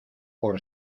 por